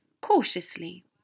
cautiously